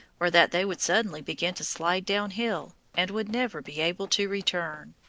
or that they would suddenly begin to slide downhill, and would never be able to return.